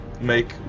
make